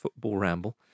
footballramble